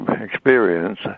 experience